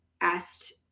asked